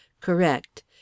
Correct